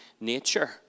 nature